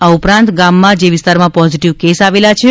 આ ઉપરાંત ગામમાં જે વિસ્તારમાં પોઝીટીવ કેસ આવેલા છે